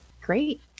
Great